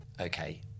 okay